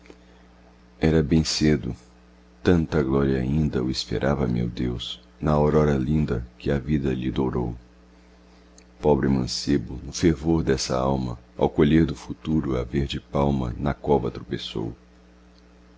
era bem cedo tanta glória ainda o esperava meu deus na aurora linda que a vida lhe dourou pobre mancebo no fervor dessa alma ao colher do futuro a verde palma na cova tropeçou